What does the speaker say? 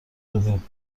دادیم